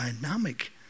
dynamic